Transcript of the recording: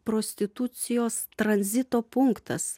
prostitucijos tranzito punktas